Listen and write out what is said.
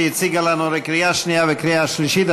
שהציגה לנו לקריאה שנייה ולקריאה שלישית את